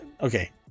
okay